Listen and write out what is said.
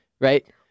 right